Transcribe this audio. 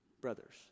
brothers